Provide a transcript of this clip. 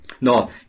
no